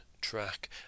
track